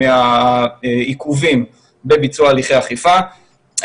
מהעיכובים בביצוע הליכי האכיפה.